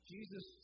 Jesus